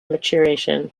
maturation